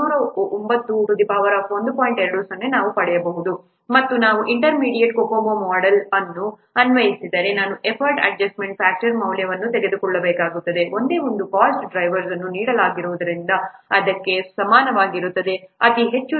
20 ನಾವು ಪಡೆಯಬೇಕು ಮತ್ತು ನಾವು ಇಂಟರ್ಮೀಡಿಯೇಟ್ COCOMO ಮೊಡೆಲ್ ಅನ್ನು ಅನ್ವಯಿಸಿದರೆ ನಾನು ಎಫರ್ಟ್ ಅಡ್ಜಸ್ಟ್ಮೆಂಟ್ ಫ್ಯಾಕ್ಟರ್ ಮೌಲ್ಯವನ್ನು ತೆಗೆದುಕೊಳ್ಳಬೇಕಾಗುತ್ತದೆ ಒಂದೇ ಒಂದು ಕಾಸ್ಟ್ ಡ್ರೈವರ್ಸ್ ಅನ್ನು ನೀಡಲಾಗಿರುವುದರಿಂದ ಅದಕ್ಕೆ ಸಮನಾಗಿರುವ ಅತಿ ಹೆಚ್ಚಾದ ರಿಲೈಯಬಿಲಿಟಿ 1